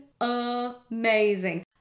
amazing